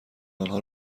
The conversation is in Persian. آنها